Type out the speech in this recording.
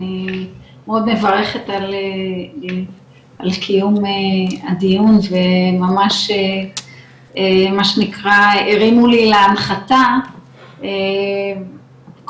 אני מאוד מברכת על קיום הדיון זה ממש מה שנקרא הרימו לי להנחתה כל